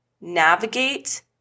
navigate